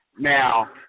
Now